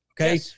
Okay